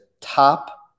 top